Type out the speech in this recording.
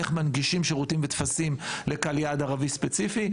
איך מנגישים שירותים וטפסים לקהל יעד ערבי ספציפי.